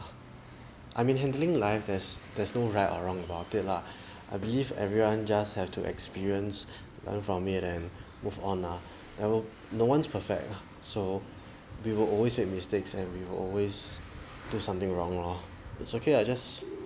I mean handling life there's there's no right or wrong about it lah I believe everyone just have to experience learn from it and move on lah there will no one's perfect lah so we will always make mistakes and we will always do something wrong lor it's okay lah just